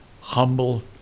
humble